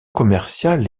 commercial